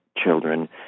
children